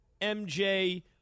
MJ